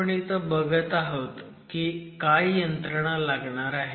आपण इथं बघत आहोत की काय यंत्रणा लागणार आहे